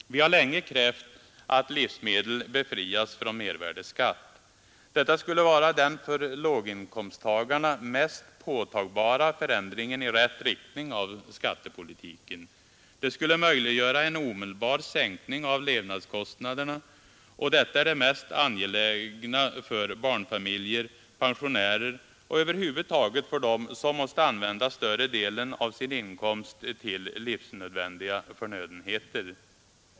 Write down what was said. Vi har länge krävt att livsmedel befrias från mervärdeskatt. Detta skulle vara den för låginkomsttagarna mest påtagbara förändringen i rätt riktning av skattepolitiken. Det skulle möjliggöra en omedelbar sänkning av levnadskostnaderna, och detta är det mest angelägna för barnfamiljer, pensionärer och över huvud taget för dem som måste använda större delen av sin inkomst till livsnödvändiga förnödenheter.